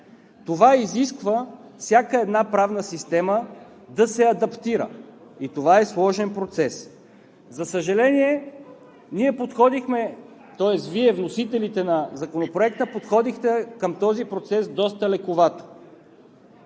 Това изисква всяка една правна система да се адаптира и това е сложен процес. За съжаление, ние подходихме, тоест Вие – вносителите на Законопроекта, подходихте към този процес доста лековато.